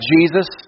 Jesus